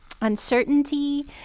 uncertainty